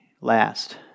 last